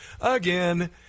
again